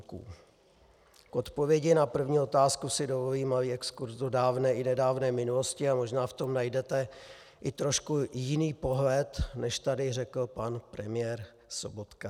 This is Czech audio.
K odpovědi na první otázku si dovolím malý exkurs do dávné i nedávné minulosti, a možná v tom najdete i trošku jiný pohled, než tady řekl pan premiér Sobotka.